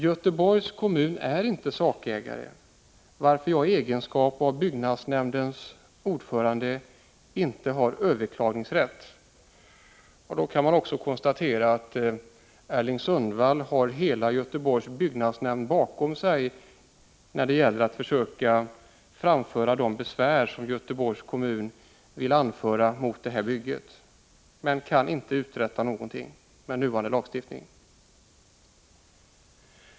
Göteborgs kommun är inte sakägare, varför jag i egenskap av byggnadsnämndens ordförande inte har överklagningsrätt.” I detta sammanhang kan man konstatera att Erling Sundvall har hela byggnadsnämnden i Göteborgs kommun bakom sig när det gäller att försöka framföra de besvär som Göteborgs kommun vill anföra mot det här bygget. Men han kan inte uträtta någonting med nuvarande lagstiftning.